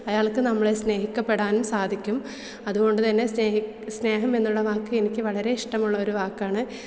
അയാൾക്ക് നമ്മളെ സ്നേഹിക്കപ്പെടാനും സാധിക്കും അതു കൊണ്ടു തന്നെ സ്നേഹം എന്നുള്ള വാക്ക് എനിക്ക് വളരേ ഇഷ്ടമുള്ളൊരു വാക്കാണ്